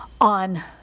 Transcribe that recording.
on